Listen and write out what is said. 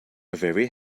very